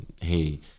hey